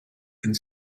and